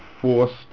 forced